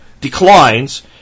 declines